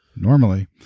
Normally